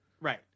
Right